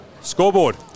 scoreboard